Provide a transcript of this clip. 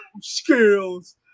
skills